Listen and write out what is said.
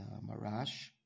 Marash